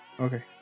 Okay